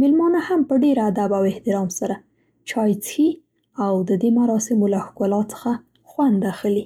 مېلمانه هم په ډېر ادب او احترام سره چای څښي او د دې مراسمو له ښکلا څخه خوند اخلي.